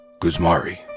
Guzmari